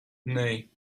nee